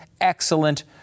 Excellent